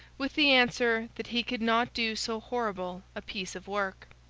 with the answer that he could not do so horrible a piece of work.